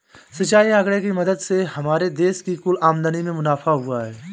सिंचाई आंकड़े की मदद से हमारे देश की कुल आमदनी में मुनाफा हुआ है